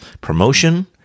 promotion